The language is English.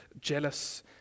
jealous